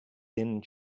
thin